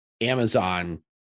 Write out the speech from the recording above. Amazon